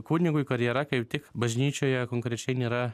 kunigui karjera kaip tik bažnyčioje konkrečiai nėra